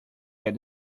get